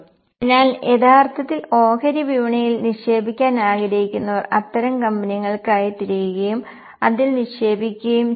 അതിനാൽ യഥാർത്ഥത്തിൽ ഓഹരി വിപണിയിൽ നിക്ഷേപിക്കാൻ ആഗ്രഹിക്കുന്നവർ അത്തരം കമ്പനികൾക്കായി തിരയുകയും അതിൽ നിക്ഷേപിക്കുകയും ചെയ്യുന്നു